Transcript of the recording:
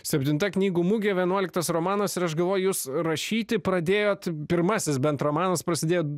septinta knygų mugė vienuoliktas romanas ir aš galvoju jus rašyti pradėjot pirmasis bent romanas prasidėjo